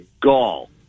gall